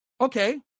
Okay